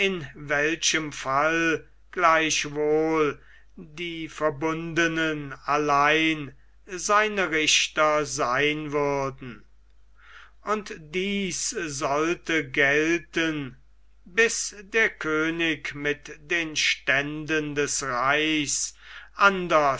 welchem fall gleichwohl die verbundenen allein seine richter sein würden und dies sollte gelten bis der könig mit den ständen des reichs anders